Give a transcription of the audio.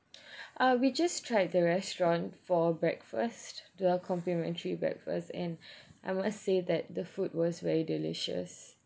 uh we just tried the restaurant for breakfast the complimentary breakfast and I must say that the food was very delicious